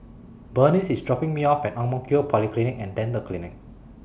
Bernice IS dropping Me off At Ang Mo Kio Polyclinic and Dental Clinic